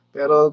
Pero